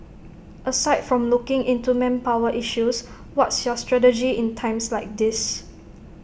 aside from looking into manpower issues what's your strategy in times like these